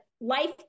life